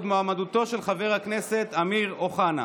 מועמדותו של חבר הכנסת אמיר אוחנה,